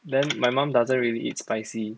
then my mom doesn't really eat spicy